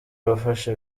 bafashe